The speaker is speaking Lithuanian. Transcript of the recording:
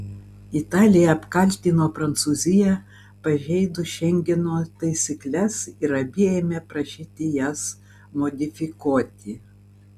italija apkaltino prancūziją pažeidus šengeno taisykles ir abi ėmė prašyti jas modifikuoti